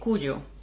¿Cuyo